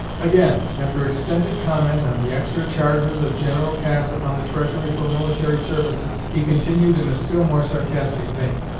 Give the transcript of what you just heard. again, after extended comment on the extra charges of general cass upon the treasury for military services, he continued in a still more sarcastic vein